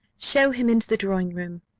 show him into the drawing-room,